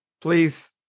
Please